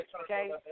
okay